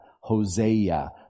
Hosea